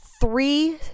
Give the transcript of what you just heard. three